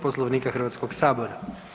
Poslovnika Hrvatskog sabora.